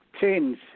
change